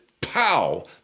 POW